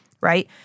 Right